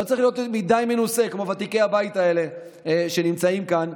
לא צריך להיות מנוסה למדי כמו ותיקי הבית האלה שנמצאים כאן,